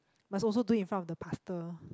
must also do it in front of the pastor